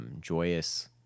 Joyous